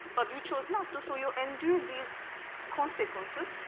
but you chose not to so you endure these consequences.